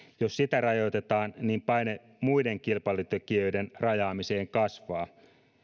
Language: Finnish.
jos sitä rajoitetaan niin paine muiden kilpailutekijöiden rajaamiseen kasvaa